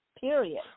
period